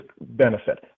benefit